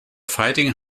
fighting